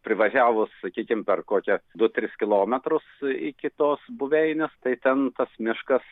privažiavus sakykim per kokią du tris kilometrus iki tos buveinės tai ten tas miškas